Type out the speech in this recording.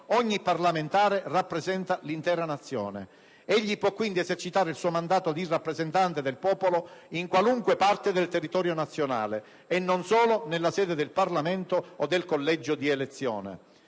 ogni parlamentare rappresenta l'intera Nazione. Egli può quindi esercitare il suo mandato di rappresentante del popolo in qualunque parte del territorio nazionale e non solo nella sede del Parlamento o nel collegio di elezione.